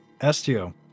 Estio